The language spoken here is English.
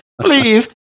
Please